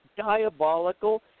diabolical